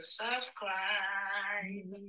subscribe